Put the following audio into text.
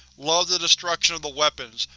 love the destruction of the weapons,